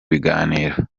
biganiro